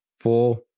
Four